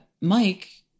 Mike